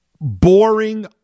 boring